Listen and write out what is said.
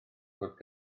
fod